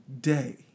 day